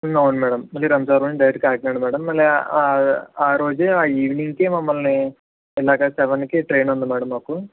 అవును మ్యాడం ముందు Rampachodavaram direct Kakinada madam అలా రోజే ఈవెనింగ్కి మమ్మల్ని ఇలాగ సెవెన్కి ట్రైన్ ఉంది మ్యాడం మాకు